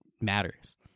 matters